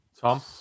Tom